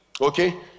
okay